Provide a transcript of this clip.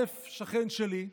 א' שכן שלי,